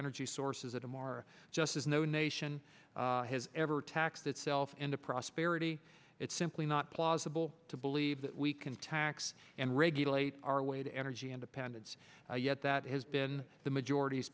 energy sources of them are just as no nation has ever tax itself into prosperity it's simply not plausible to believe that we can tax and regulate our way to energy independence yet that has been the majority's